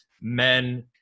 men